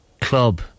club